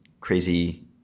crazy